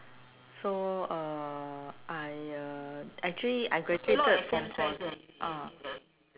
so uh I uh actually I graduated from pol~ ah